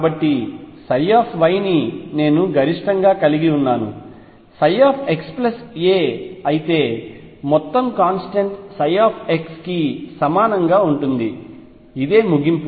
కాబట్టి y ని నేను గరిష్టంగా కలిగి ఉన్నాను ఇది xa అయితే మొత్తం కాంస్టెంట్ x కి సమానంగా ఉంటుంది ఇదే ముగింపు